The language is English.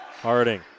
Harding